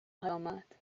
آمد